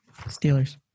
Steelers